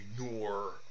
ignore